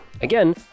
Again